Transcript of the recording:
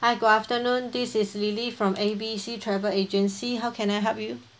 hi good afternoon this is lily from A B C travel agency how can I help you